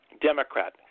Democrat